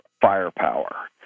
firepower